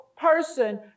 person